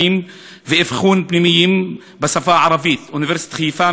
אבחון פנימיים בשפה הערבית: אוניברסיטת חיפה,